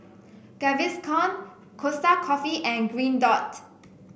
Gaviscon Costa Coffee and Green Dot